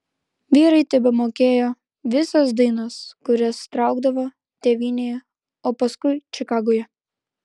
vyrai tebemokėjo visas dainas kurias traukdavo tėvynėje o paskui čikagoje